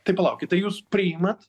tai palaukit tai jūs priimat